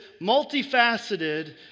multifaceted